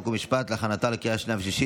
חוק ומשפט להכנתה לקריאה שנייה ושלישית.